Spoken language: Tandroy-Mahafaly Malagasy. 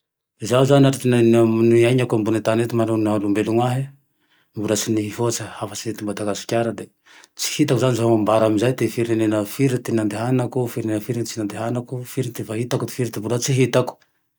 Zaho zane anaty fiaina-niainako ambone tane eto mariny maha olombelony ahy mbola tsy nihoatsa hafa tsy eto amdagasikara de tsy hitako zane ze ho ambara amezay firenena fire ty nandehanako, firenena no tsy nadehanako, firy ty fa hitako, firy ty mbola tsy hitako